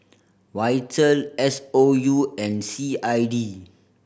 Vital S O U and C I D